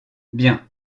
bien